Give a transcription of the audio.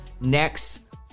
next